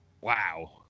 wow